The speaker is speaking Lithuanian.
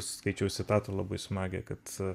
skaičiau citatą labai smagią kad